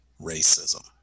racism